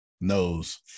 knows